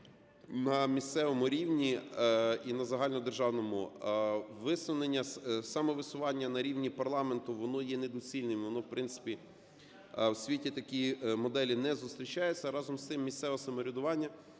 на місцевому рівні і на загальнодержавному висунення… самовисування на рівні парламенту воно є недоцільним, і воно, в принципі, в світі такі моделі не зустрічаються. Разом з тим, місцеве самоврядування,